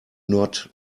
not